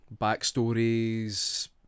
backstories